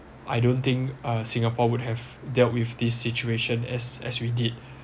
I don't think uh singapore would have dealt with this situation as as we did